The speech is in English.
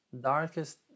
darkest